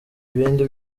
ibindi